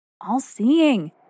all-seeing